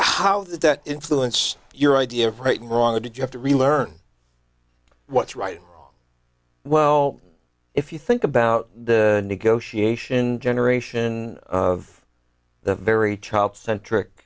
how did that influence your idea of right and wrong or did you have to really learn what's right well if you think about the negotiation generation of the very child centric